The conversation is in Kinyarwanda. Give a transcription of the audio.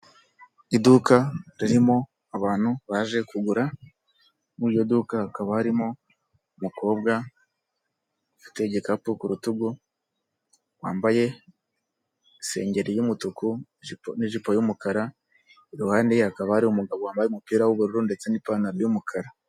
Iduka ririmo abantu baje kugura, muri iryo duka hakaba harimo umukobwa ufite igikapu ku rutugu wambaye isengeri y'umutuku n'ijipo y'umukara. Iruhande hakaba hari umugabo wambaye umupira w'ubururu ndetse n'ipantaro y'umukara.